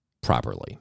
properly